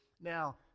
Now